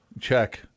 Check